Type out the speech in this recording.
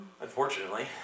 Unfortunately